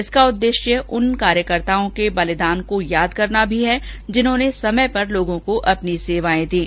इसका उद्देश्य उन कार्यकर्ताओं के बलिदान को याद करना भी है जिन्होंने समय पर लोगों को अपनी सेवायें दीं